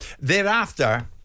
Thereafter